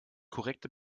korrekte